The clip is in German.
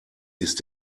ist